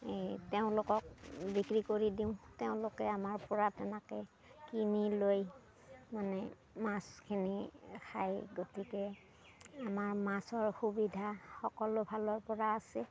এই তেওঁলোকক বিক্ৰী কৰি দিওঁ তেওঁলোকে আমাৰ পৰা তেনেকৈ কিনি লৈ মানে মাছখিনি খায় গতিকে আমাৰ মাছৰ সুবিধা সকলো ফালৰ পৰা আছে